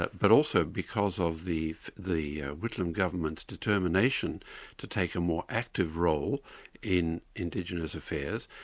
but but also because of the the whitlam government's determination to take a more active role in indigenous affairs,